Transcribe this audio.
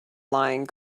lying